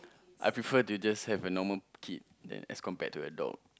I prefer to just have a normal kid than as compared to a dog